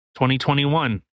2021